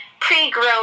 pre-grown